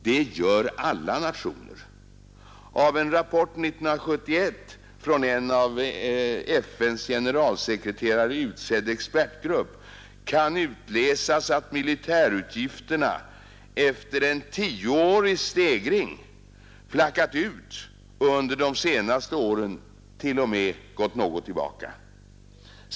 Det gör alla nationer. Av en rapport 1971 från en av FN:s generalsekreterare utsedd expertgrupp kan utläsas att militärutgifterna efter en tioårig stegring flackat ut och under de senaste åren t.o.m. gått något tillbaka.